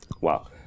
Wow